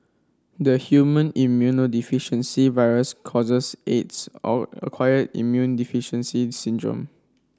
the human immunodeficiency virus causes Aids or acquired immune deficiency syndrome